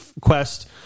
quest